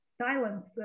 silence